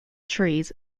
trees